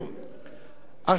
אפשר